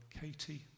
katie